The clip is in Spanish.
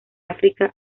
áfrica